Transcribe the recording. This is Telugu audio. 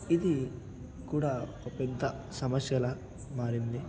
ఇది కూడా ఒక పెద్ద సమస్యలా మారింది